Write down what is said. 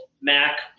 Mac